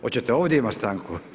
Hoćete ovdje imati stanku?